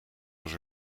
was